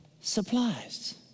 supplies